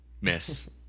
miss